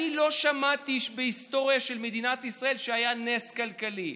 אני לא שמעתי איש בהיסטוריה של מדינת ישראל אומר שהיה נס כלכלי.